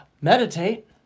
meditate